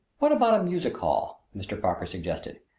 what about a music hall? mr. parker suggested.